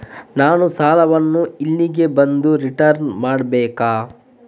ನಾನು ಸಾಲವನ್ನು ಇಲ್ಲಿಗೆ ಬಂದು ರಿಟರ್ನ್ ಮಾಡ್ಬೇಕಾ?